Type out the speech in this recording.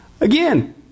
Again